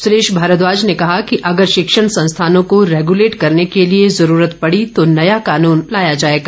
सुरेश भारद्वाज ने कहा कि अगर शिक्षण संस्थानों को रैगुलेट करने के लिए जरूरत पड़ी तो नया कानून लाया जाएगा